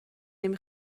نمی